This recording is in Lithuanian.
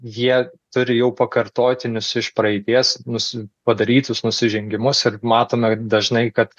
jie turi jau pakartotinius iš praeities nusiu padarytus nusižengimus ir matome dažnai kad